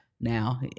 now